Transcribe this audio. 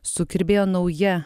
sukirbėjo nauja